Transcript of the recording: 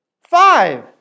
Five